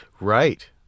Right